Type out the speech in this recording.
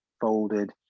folded